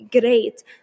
great